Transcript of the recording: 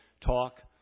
talk